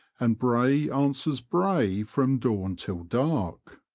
and brae answers brae from dawn till dark.